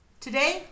Today